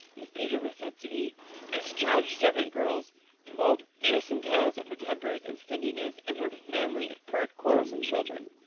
mrs. peter was said to be and discharged servant girls told fearsome tales of her temper and stinginess, and her family of pert, quarrelsome children.